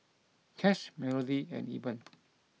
Cash Melodee and Eben